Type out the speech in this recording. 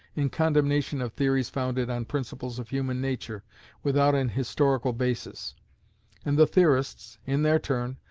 in condemnation of theories founded on principles of human nature without an historical basis and the theorists, in their turn,